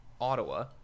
Ottawa